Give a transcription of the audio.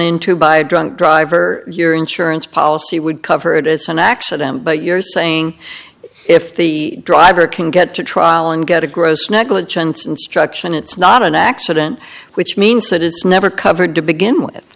into by a drunk driver your insurance policy would cover it as an accident but you're saying if the driver can get to trial and get a gross negligence instruction it's not an accident which means that it's never covered to begin with